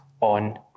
on